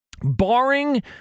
Barring